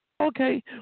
Okay